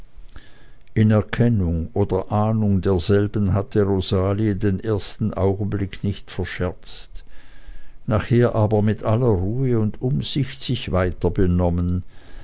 in erkennung oder ahnung derselben hatte rosalie den ersten augenblick nicht verscherzt nachher aber mit aller ruhe und umsicht sich weiter benommen